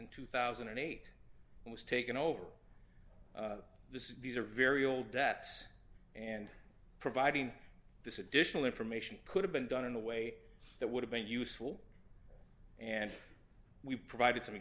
in two thousand and eight and was taken over this these are very old debts and providing this additional information could have been done in a way that would have been useful and we provided some